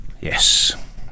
Yes